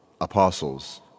apostles